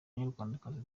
banyarwandakazi